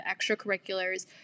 extracurriculars